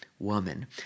Woman